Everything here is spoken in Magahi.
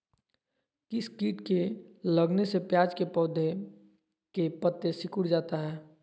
किस किट के लगने से प्याज के पौधे के पत्ते सिकुड़ जाता है?